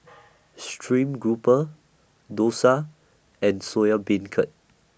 Stream Grouper Dosa and Soya Beancurd